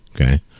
Okay